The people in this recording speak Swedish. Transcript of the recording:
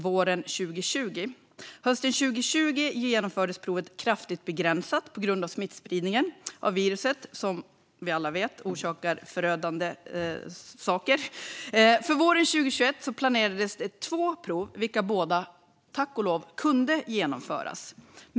Hösten 2020 genomfördes provet kraftigt begränsat på grund av smittspridningen av viruset, som vi alla vet har förödande konsekvenser. För våren 2021 planerades två prov, vilka båda tack och lov kunde genomföras.